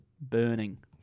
burning